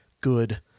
good